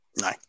no